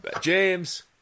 James